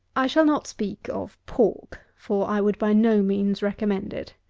i shall not speak of pork for i would by no means recommend it.